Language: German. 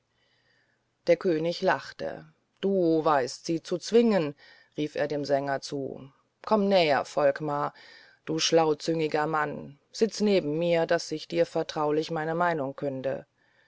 der könig lachte du weißt sie zu zwingen rief er dem sänger zu komm näher volkmar du schlauzüngiger mann sitz neben mir daß ich dir vertraulich meine meinung künde